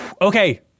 okay